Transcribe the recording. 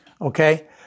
Okay